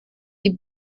die